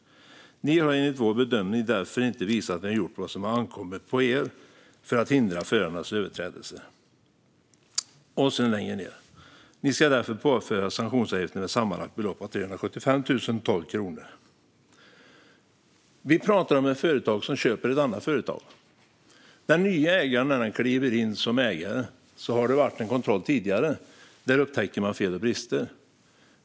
Ni har enligt vår bedömning därför inte visat att ni gjort vad som har ankommit på er för att hindra förarnas överträdelser. Längre ned står det: Ni ska därför påföras sanktionsavgifter med ett sammanlagt belopp av 375 012 kronor. Vi talar om ett företag som köper ett annat företag. Innan den nya ägaren kliver in som ägare har det gjorts en kontroll då man upptäckt fel och brister.